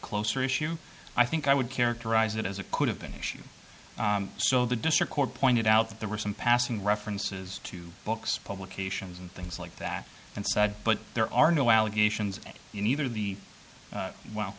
closer issue i think i would characterize it as it could have been issue so the district court pointed out that there were some passing references to books publications and things like that and said but there are no allegations in either the well